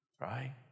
right